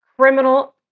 criminal